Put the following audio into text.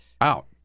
out